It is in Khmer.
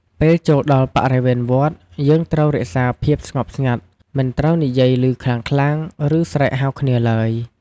ពេលចូលដល់បរិវេណវត្ត យើងត្រូវរក្សាភាពស្ងប់ស្ងាត់ មិនត្រូវនិយាយឮខ្លាំងៗ ឬស្រែកហៅគ្នាឡើយ។